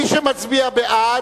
מי שמצביע בעד,